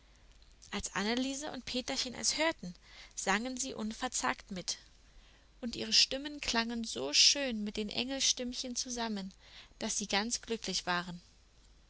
als anneliese und peterchen es hörten sangen sie unverzagt mit und ihre stimmen klangen so schön mit den engelstimmchen zusammen daß sie ganz glücklich waren